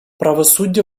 правосуддя